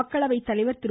மக்களவை தலைவர் திரு